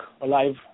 alive